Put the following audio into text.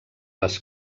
les